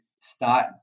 start